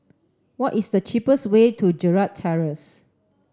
what is the cheapest way to Gerald Terrace